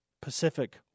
Pacific